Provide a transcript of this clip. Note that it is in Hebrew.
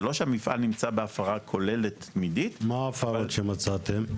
זה לא שהמפעל נמצא בהפרה כוללת תמידית אבל --- מה ההפרות שמצאתם?